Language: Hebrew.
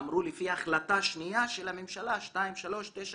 אמרו, לפי ההחלטה השנייה של הממשלה, 2397,